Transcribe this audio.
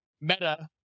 Meta